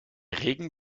regen